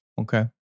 Okay